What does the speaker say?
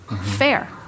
fair